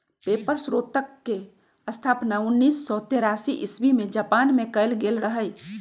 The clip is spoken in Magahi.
पेपर स्रोतके स्थापना उनइस सौ तेरासी इस्बी में जापान मे कएल गेल रहइ